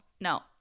no